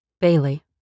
bailey